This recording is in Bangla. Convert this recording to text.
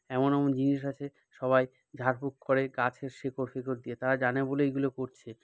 এমন এমন জিনিস আছে সবাই ঝাড়ফুঁক করে গাছের শেকড় ফেকড় দিয়ে তারা জানে বলে এইগুলো করছে